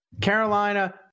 Carolina